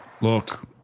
Look